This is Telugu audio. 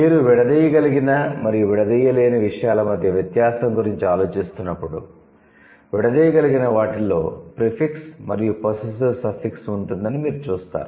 మీరు విడదీయగలిగిన మరియు విడదీయలేని విషయాల మధ్య వ్యత్యాసం గురించి ఆలోచిస్తున్నప్పుడు విడదీయగలిగిన వాటిలో ప్రీఫిక్స్ మరియు పొస్సేస్సివ్ సఫిక్స్ ఉంటుందని మీరు చూస్తారు